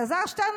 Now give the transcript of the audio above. אלעזר שטרן,